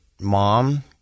mom